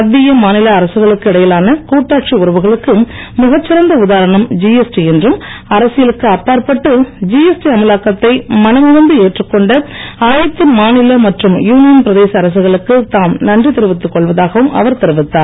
மத்திய மாநில அரசுகளுக்கு இடையிலான கூட்டாட்சி உறவுகளுக்கு மிக சிறந்த உதாரணம் ஜிஎஸ்டி என்றும் அரசியலுக்கு அப்பாற்பட்டு ஜிஎஸ்டி அமலாக்கத்தை மனமுவந்து ஏற்றுக்கொண்ட அனைத்து மாநில மற்றும் யூனியன் பிரதேச அரசுகளுக்கு தாம் நன்றி தெரிவித்து கொள்வதாகவும் அவர் தெரிவித்தார்